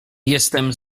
jestem